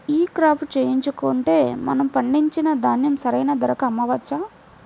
ఈ క్రాప చేయించుకుంటే మనము పండించిన ధాన్యం సరైన ధరకు అమ్మవచ్చా?